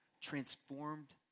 transformed